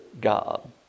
God